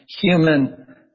human